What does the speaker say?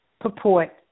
purport